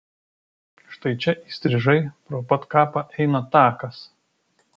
štai čia įstrižai pro pat kapą eina takas